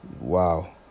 wow